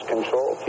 control